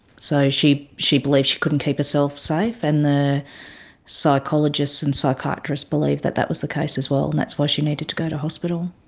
so she she believed she couldn't keep herself safe, and the psychologist and psychiatrist believed that that was the case as well, and that's why she needed to go to hospital.